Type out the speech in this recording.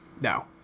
No